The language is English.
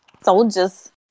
Soldiers